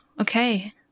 okay